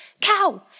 Cow